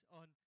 on